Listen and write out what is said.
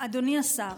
אדוני השר,